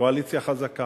קואליציה חזקה.